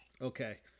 Okay